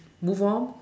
move on